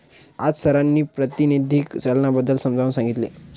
आज सरांनी प्रातिनिधिक चलनाबद्दल समजावून सांगितले